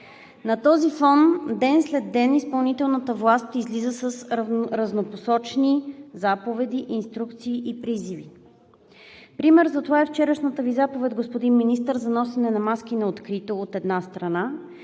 На този фон ден след ден изпълнителната власт излиза с разнопосочни заповеди, инструкции и призиви. Пример за това е вчерашната Ви заповед, господин Министър, за носене на маски на открито, от една страна.